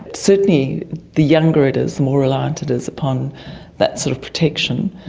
certainly the younger it is, the more reliant it is upon that sort of protection.